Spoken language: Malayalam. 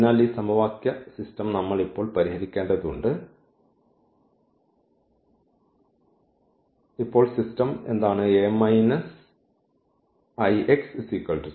അതിനാൽ ഈ സമവാക്യ സംവിധാനം നമ്മൾ ഇപ്പോൾ പരിഹരിക്കേണ്ടതുണ്ട് ഇപ്പോൾ സിസ്റ്റം എന്താണ് A Ix 0